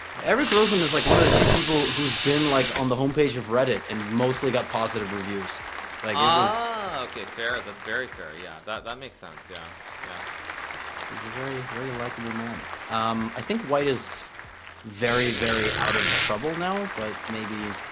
eric rosen is like one of the few people who's been like on the home page of reddit and mostly got positive reviews like ah okay fair that's very fair yeah that that makes sense yeah yeah he's a very very likable man um i think white is very very out of trouble now but maybe